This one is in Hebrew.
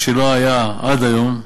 מה שלא היה עד היום,